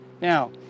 now